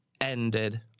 ended